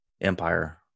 empire